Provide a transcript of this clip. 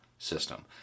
system